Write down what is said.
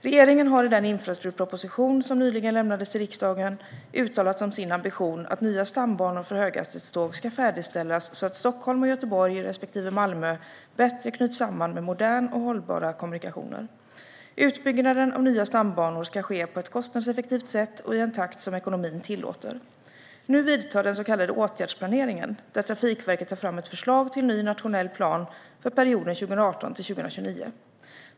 Regeringen har i den infrastrukturproposition som nyligen lämnades till riksdagen uttalat som sin ambition att nya stambanor för höghastighetståg ska färdigställas så att Stockholm och Göteborg respektive Malmö bättre knyts samman med moderna och hållbara kommunikationer. Utbyggnaden av nya stambanor ska ske på ett kostnadseffektivt sätt och i en takt som ekonomin tillåter. Nu vidtar den så kallade åtgärdsplaneringen, där Trafikverket tar fram ett förslag till ny nationell plan för perioden 2018-2029.